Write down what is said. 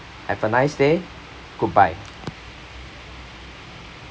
have a nice day goodbye